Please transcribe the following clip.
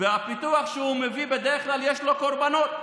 והפיתוח שהוא מביא בדרך כלל יש לו קורבנות,